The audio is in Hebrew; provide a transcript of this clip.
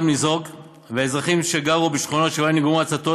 ניזוק והאזרחים שגרו בשכונות שבהן נגרמו ההצתות,